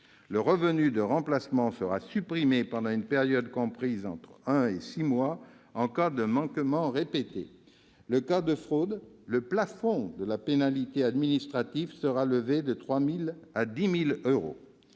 Le revenu de remplacement sera supprimé pendant une période comprise entre un mois et six mois en cas de manquement répété. En cas de fraude, le plafond de la pénalité administrative sera relevé de 3 000 euros à 10 000 euros.